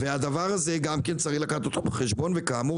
את זה גם צריך לקחת בחשבון וכאמור